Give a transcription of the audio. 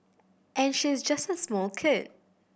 and she's just a small kid